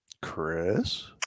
Chris